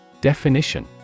Definition